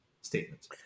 statement